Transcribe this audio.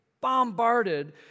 bombarded